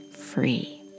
free